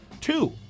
two